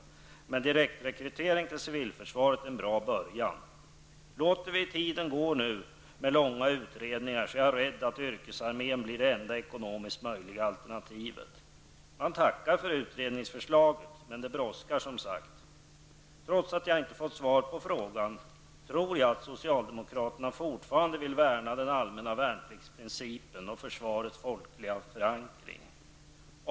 Men en direktrekrytering till civilförsvaret är en bra början. Låter vi nu tiden gå medan vi gör omfattande utredningar är jag rädd för att en yrkesarmé blir det enda ekonomiskt möjliga alternativet. Jag tackar för utredningsförslaget; men det brådskar som sagt. Trots att jag inte fått svar på frågan tror jag att socialdemokraterna fortfarande vill värna om den allmänna värnpliktsprincipen och försvarets folkliga förankring.